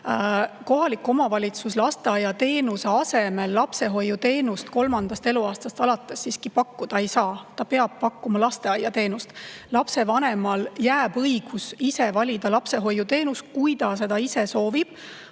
Kohalik omavalitsus lasteaiateenuse asemel lapsehoiuteenust kolmandast eluaastast alates siiski pakkuda ei saa, ta peab pakkuma lasteaiateenust. Lapsevanemale jääb õigus valida lapsehoiuteenus, kui ta seda soovib.